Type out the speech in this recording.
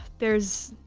there's.